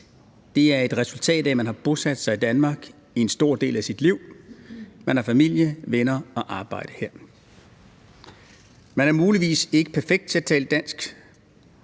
Det er et resultat af, at man har bosat sig i Danmark i en stor del af sit liv. Man har familie, venner og arbejde her. Man er muligvis ikke perfekt til at tale dansk,